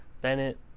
Bennett